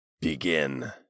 Begin